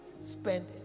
spend